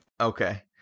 Okay